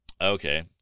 Okay